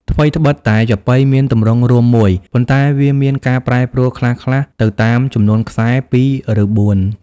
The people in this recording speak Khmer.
ថ្វីត្បិតតែចាប៉ីមានទម្រង់រួមមួយ ប៉ុន្តែវាមានការប្រែប្រួលខ្លះៗទៅតាមចំនួនខ្សែ ពីរ ឬបួន។